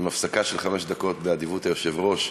עם הפסקה של חמש דקות באדיבות היושב-ראש,